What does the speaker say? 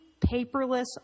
paperless